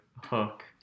hook